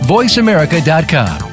VoiceAmerica.com